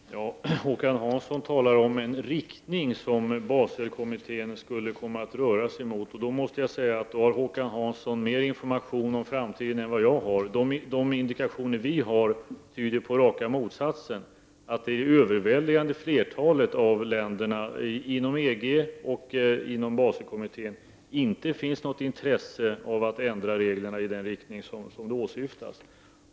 Herr talman! Håkan Hansson talar om en riktning som Baselkommittén skulle komma att röra sig i. Då måste jag säga att Håkan Hansson har mer information om framtiden än jag. De indikationer vi har tyder på raka motsatsen, att det i det överväldigande flertalet av länderna inom EG och inom Baselkommittén inte finns något intresse av att ändra reglerna i den riktning som åsyftas.